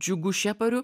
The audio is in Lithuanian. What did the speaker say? džiugu šepariu